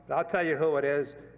i'll tell you who it is.